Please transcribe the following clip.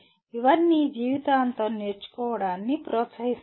ఇవన్నీ జీవితాంతం నేర్చుకోవడాన్ని ప్రోత్సహిస్తాయి